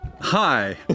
Hi